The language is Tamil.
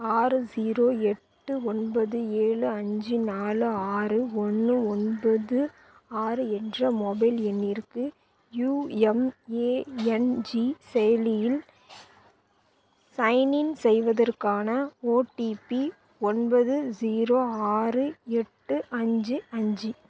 ஆறு ஸீரோ எட்டு ஒன்பது ஏழு அஞ்சு நாலு ஆறு ஒன்று ஒன்பது ஆறு என்ற மொபைல் எண்ணிற்கு யூஎம்ஏஎன்ஜி செயலியில் சைன்இன் செய்வதற்கான ஓடிபி ஒன்பது ஸீரோ ஆறு எட்டு அஞ்சு அஞ்சு